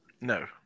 No